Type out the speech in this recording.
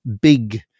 big